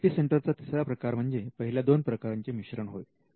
I P centre चा तिसरा प्रकार म्हणजे पहिल्या दोन प्रकारांचे मिश्रण होय